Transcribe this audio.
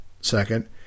Second